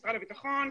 משרד הביטחון,